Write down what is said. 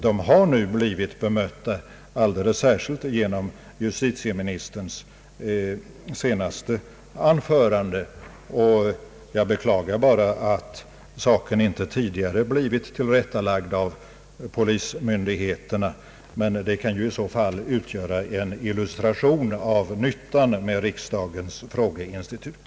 De har nu blivit bemötta, alldeles särskilt genom justitieministerns senaste anförande. Jag beklagar bara att saken inte tidigare blivit tillrättalagd av polismyndigheterna. Och det tillrättaläggande som nu skett kan ju utgöra en illustration av nyttan med riksdagens frågeinstitut.